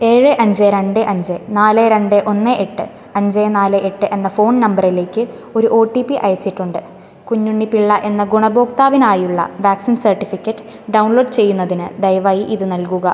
ഏഴ് അഞ്ച് രണ്ട് അഞ്ച് നാല് രണ്ട് ഒന്ന് എട്ട് അഞ്ച് നാല് എട്ട് എന്ന ഫോൺ നമ്പറിലേക്ക് ഒരു ഒ ട്ടി പി അയച്ചിട്ടുണ്ട് കുഞ്ഞുണ്ണി പിള്ള എന്ന ഗുണഭോക്താവിനായുള്ള വാക്സിൻ സർട്ടിഫിക്കറ്റ് ഡൗൺലോഡ് ചെയ്യുന്നതിന് ദയവായി ഇത് നൽകുക